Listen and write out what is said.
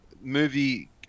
movie